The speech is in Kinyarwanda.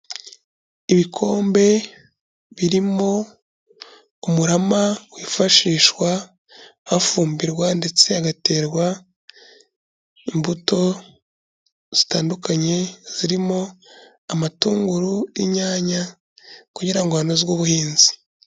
Ibikombe birimo umurama wifashishwa hafumbirwa ndetse hagaterwa imbuto zitandukanye, zirimo amatunguru, inyanya kugira ngo hanozwe ubuhinzi.